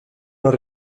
non